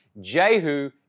Jehu